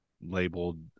labeled